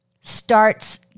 starts